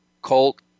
Colt